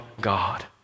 God